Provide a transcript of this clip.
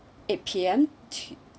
eight P_M